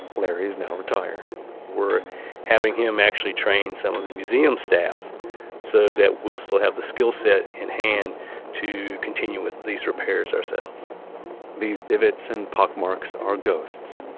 larry's now retired we're having him actually train some of the museum staff so that we'll still have the skillset in hand to continue with these repairs ourselves these divots and pockmarks are ghosts,